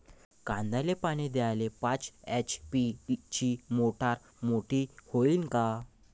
कांद्याले पानी द्याले पाच एच.पी ची मोटार मोटी व्हईन का?